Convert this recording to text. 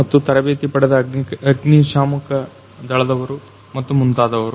ಮತ್ತು ತರಬೇತಿ ಪಡೆದ ಅಗ್ನಿ ಶಾಮಕ ದಳದವರು ಮತ್ತು ಮುಂತಾದವು